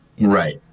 right